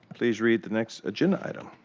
please read the next agenda item.